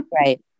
Right